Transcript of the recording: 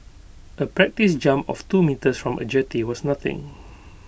A practise jump of two metres from A jetty was nothing